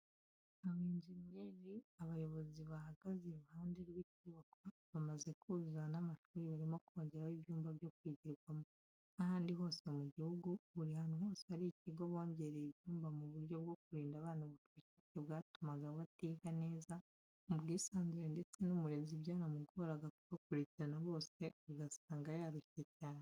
Abayenjeniyeri, abayobozi bahagaze iruhande rw'icyubakwa bamaze kuzuza n'amashuri barimo kongeraho ibyumba byo kwigiramo. Nk'ahandi hose mu gihugu, buri hantu hose hari ikigo bongereye ibyumba mu buryo bwo kurinda abana ubucucike bwatumaga batiga neza, mubwisanzure ndetse n'umurezi byaramugoraga kubakurikirana bose ugasanga yarushye cyane.